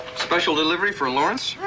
special delivery for lawrence.